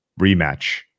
Rematch